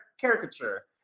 caricature